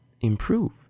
improve